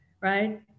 right